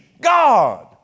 God